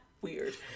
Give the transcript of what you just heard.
weird